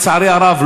לצערי הרב,